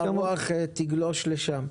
שרוח הדברים תגלוש לשם.